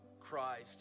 Christ